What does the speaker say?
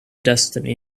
destiny